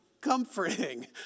comforting